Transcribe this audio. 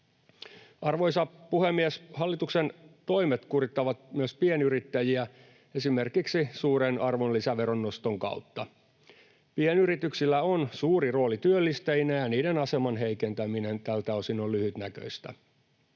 Arvoisa puhemies! Hallituksen toimet kurittavat myös pienyrittäjiä esimerkiksi suuren arvonlisäveron noston kautta. Pienyrityksillä on suuri rooli työllistäjinä, ja niiden aseman heikentäminen tältä osin on lyhytnäköistä.